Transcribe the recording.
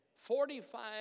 Forty-five